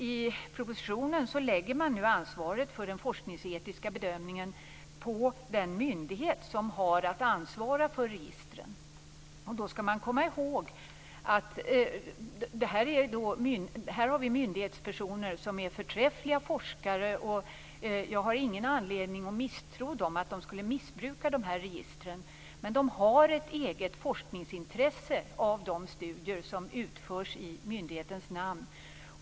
I propositionen lägger man nu ansvaret för den forskningsetiska bedömningen på den myndighet som har att ansvara för registren. Vi har myndighetspersoner som är förträffliga forskare, och jag har ingen anledning att misstro dem och tro att de skulle missbruka registren. Men de har ett eget forskningsintresse av de studier som utförs i myndighetens namn.